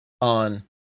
on